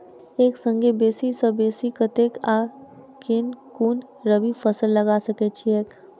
एक संगे बेसी सऽ बेसी कतेक आ केँ कुन रबी फसल लगा सकै छियैक?